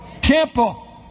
temple